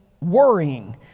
worrying